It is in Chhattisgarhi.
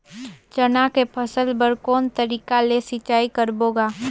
चना के फसल बर कोन तरीका ले सिंचाई करबो गा?